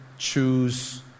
choose